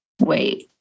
wait